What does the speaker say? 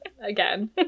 again